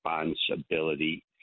responsibility